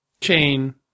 chain